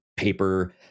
Paper